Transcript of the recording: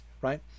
right